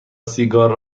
سیگار